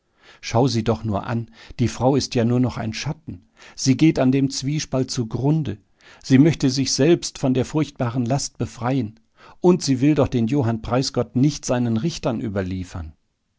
schau sie doch nur an die frau ist ja nur noch ein schatten sie geht an dem zwiespalt zugrunde sie möchte sich selbst von der furchtbaren last befreien und sie will doch den johann preisgott nicht seinen richtern überliefern